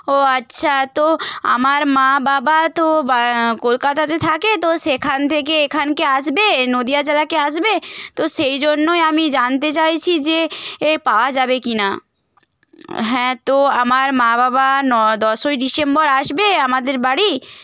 ও আচ্ছা তো আমার মা বাবা তো কলকাতাতে থাকে তো সেখান থেকে এখানকে আসবে নদিয়া জেলাকে আসবে তো সেই জন্যই আমি জানতে চাইছি যে এ পাওয়া যাবে কি না হ্যাঁ তো আমার মা বাবা ন দশই ডিসেম্বর আসবে আমাদের বাড়ি